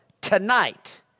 tonight